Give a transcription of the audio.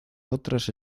otras